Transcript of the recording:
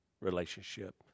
relationship